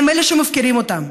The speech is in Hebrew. הם אלה שמפקירים אותם.